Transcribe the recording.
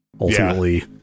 ultimately